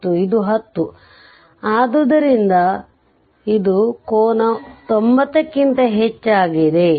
ಮತ್ತು ಇದು 10 ಆದ್ದರಿಂದ ಮತ್ತು ಇದು ಕೋನ 90 ಕ್ಕಿಂತ ಹೆಚ್ಚಾಗಿದೆ